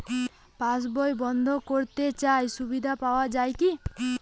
পাশ বই বন্দ করতে চাই সুবিধা পাওয়া যায় কি?